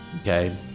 okay